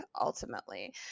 ultimately